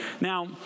Now